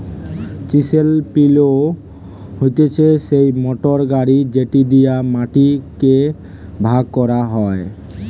chisel পিলও হতিছে সেই মোটর গাড়ি যেটি দিয়া মাটি কে ভাগ করা হয়